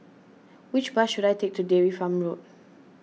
which bus should I take to Dairy Farm Road